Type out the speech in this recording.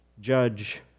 judge